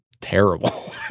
terrible